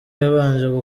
yabanje